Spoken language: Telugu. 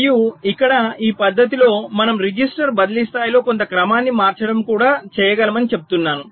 మరియు ఇక్కడ ఈ పద్ధతిలో మనము రిజిస్టర్ బదిలీ స్థాయిలో కొంత క్రమాన్ని మార్చడం కూడా చేయగలమని చెప్తున్నాము